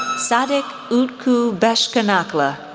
sadik utku beskonakli,